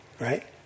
right